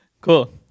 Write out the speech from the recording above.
Cool